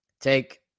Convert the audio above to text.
take